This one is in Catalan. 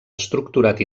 estructurat